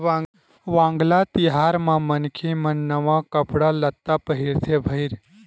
वांगला तिहार म मनखे मन नवा कपड़ा लत्ता पहिरथे भईर